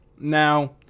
Now